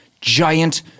giant